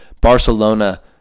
Barcelona